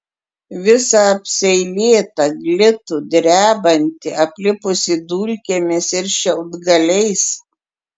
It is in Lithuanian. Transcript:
visą apseilėtą glitų drebantį aplipusį dulkėmis ir šiaudgaliais